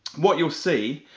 what you'll see